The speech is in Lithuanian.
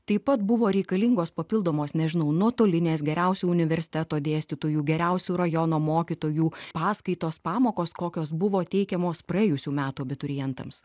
taip pat buvo reikalingos papildomos nežinau nuotolinės geriausių universiteto dėstytojų geriausių rajono mokytojų paskaitos pamokos kokios buvo teikiamos praėjusių metų abiturientams